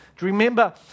Remember